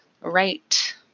right